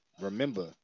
Remember